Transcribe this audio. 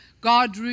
God